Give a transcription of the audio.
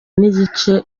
n’igice